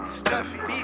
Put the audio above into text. stuffy